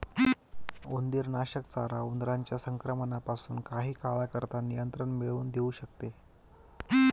उंदीरनाशक चारा उंदरांच्या संक्रमणापासून काही काळाकरता नियंत्रण मिळवून देऊ शकते